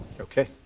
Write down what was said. Okay